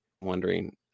wondering